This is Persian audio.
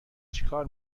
چیکار